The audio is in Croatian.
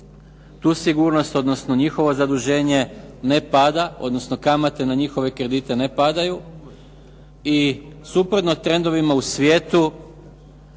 tu sigurnost, odnosno njihovo zaduženje ne pada, odnosno kamate na njihove kredite ne padaju i suprotno trendovima u svijetu